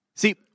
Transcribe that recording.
See